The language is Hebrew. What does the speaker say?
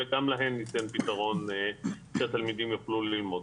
גם להם ניתן פתרון כדי שהתלמידים יוכלו לבוא וללמוד.